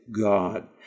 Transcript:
God